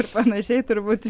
ir panašiai turbūt